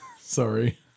sorry